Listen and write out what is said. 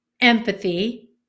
empathy